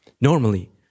normally